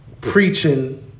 Preaching